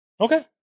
Okay